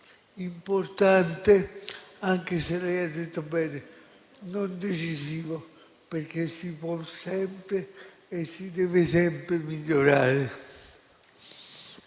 importante, anche se - come lei ha detto bene - non decisivo, perché si può e si deve sempre migliorare.